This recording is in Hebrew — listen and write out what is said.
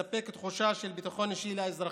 ויספק תחושה של ביטחון אישי לאזרחים.